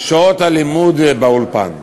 שעות הלימוד באולפן.